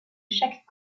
chaque